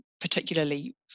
particularly